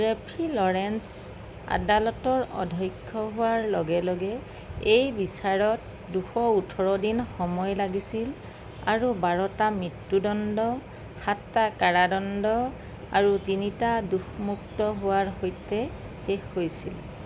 Jeffrey Lawrence আদালতৰ অধ্যক্ষ হোৱাৰ লগে লগে এই বিচাৰত দুশ ওঠৰ দিন সময় লাগিছিল আৰু বাৰটা মৃত্যুদণ্ড সাতটা কাৰাদণ্ড আৰু তিনিটা দোষমুক্ত হোৱাৰ সৈতে শেষ হৈছিল